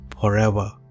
forever